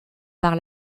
par